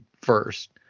first